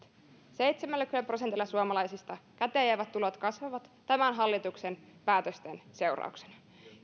seitsemälläkymmenellä prosentilla suomalaisista käteen jäävät tulot kasvavat tämän hallituksen päätösten seurauksena